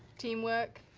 teamwork?